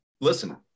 listen